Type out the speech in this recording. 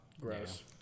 Gross